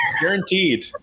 guaranteed